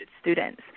students